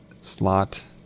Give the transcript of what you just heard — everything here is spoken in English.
slot